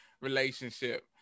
relationship